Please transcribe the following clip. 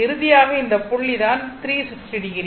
இறுதியாக இந்த புள்ளி தான் 360o